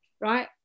right